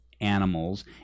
animals